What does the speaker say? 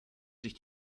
sich